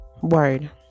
Word